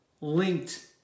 linked